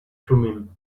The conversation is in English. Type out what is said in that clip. thummim